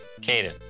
Caden